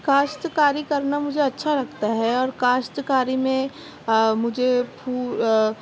کاشتکاری کرنا مجھے اچھا لگتا ہے اور کاشتکاری میں مجھے پھول